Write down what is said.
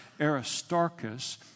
Aristarchus